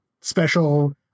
special